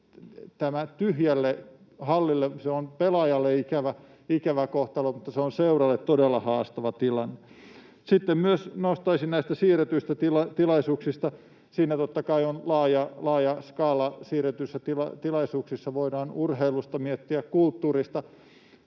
tyhjälle hallille pelaaminen on pelaajalle ikävä kohtalo, mutta se on seuroille todella haastava tilanne. Sitten myös nostaisin nämä siirretyt tilaisuudet. Siinä totta kai on laaja skaala, siirrettyjä tilaisuuksia, voidaan miettiä, on urheilussa, kulttuurissa,